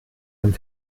dem